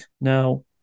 now